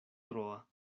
troa